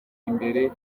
imbere